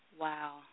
Wow